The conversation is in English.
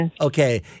okay